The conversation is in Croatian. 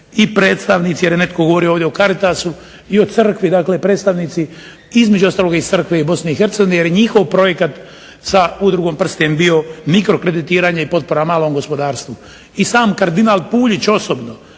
i predstavnici jer je netko ovdje govorio o caritasu i o crkvi dakle predstavnici između ostalog i crkve iz BiH jer njihov projekat sa Udrugom "Prsten" bio mikrokreditiranje i potpora malom gospodarstvu. I sam kardinal PUljić osobno